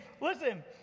listen